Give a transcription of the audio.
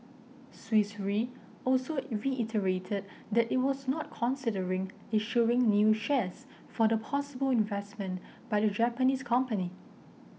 Swiss Re also reiterated that it was not considering issuing new shares for the possible investment by the Japanese company